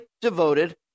devoted